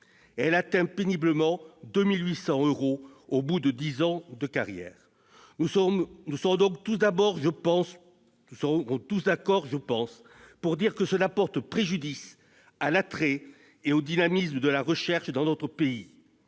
elle atteint péniblement 2 800 euros au bout de dix ans de carrière. Nous serons donc tous d'accord, je pense, pour dire que cela porte préjudice à l'attrait et au dynamisme de la recherche dans notre pays.